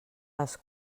les